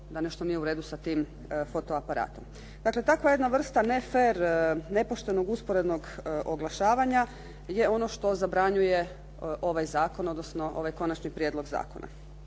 da nešto nije u redu sa tim fotoaparatom. Dakle, takva jedna vrsta nefer, nepoštenog usporednog oglašavanja je ono što zabranjuje ovaj zakon odnosno ovaj konačni prijedlog zakona.